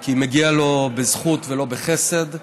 כי מגיע לו בזכות ולא בחסד.